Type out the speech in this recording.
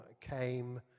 came